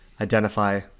identify